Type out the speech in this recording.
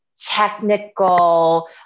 technical